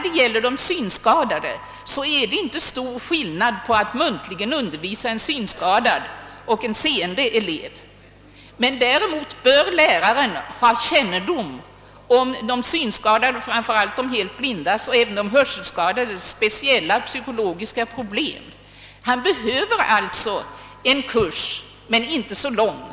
Det är inte stor skillnad mellan att muntligen undervisa en synskadad elev och att muntligen undervisa en seende, men däremot bör läraren ha kännedom om de synskadades, framför allt de helt blindas, och även de hörselskadades speciella psykologiska problem. Lärarna behöver alltså utbildning, men kursen behöver inte vara så lång.